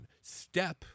Step